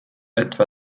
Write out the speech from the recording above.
etwa